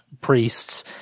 priests